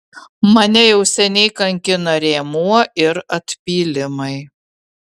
mane jau seniai kankina rėmuo ir atpylimai